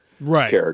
Right